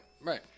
right